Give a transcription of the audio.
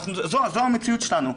זו המציאות שלנו,